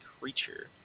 creature